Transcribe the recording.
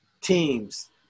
teams